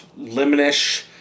lemonish